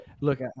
look